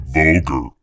vulgar